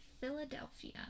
Philadelphia